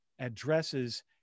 addresses